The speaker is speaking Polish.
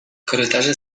korytarze